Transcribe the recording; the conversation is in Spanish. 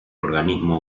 organismo